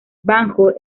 banjo